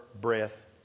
breath